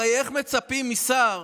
הרי איך מצפים משר,